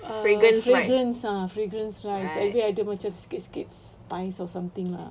uh fragrance ah fragrance rice abeh ada macam sikit-sikit spice or something lah